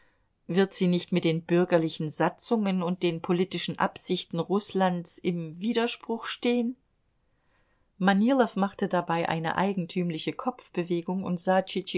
wird sie nicht mit den bürgerlichen satzungen und den politischen absichten rußlands im widerspruch stehen manilow machte dabei eine eigentümliche kopfbewegung und sah